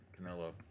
Canelo